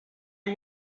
you